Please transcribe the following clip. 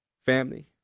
Family